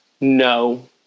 no